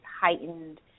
heightened